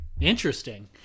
interesting